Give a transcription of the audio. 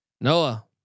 Noah